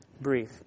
brief